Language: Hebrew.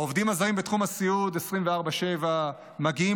העובדים הזרים בתחום הסיעוד 24/7 מגיעים